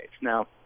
Now